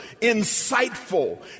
insightful